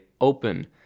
open